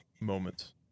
moments